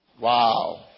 Wow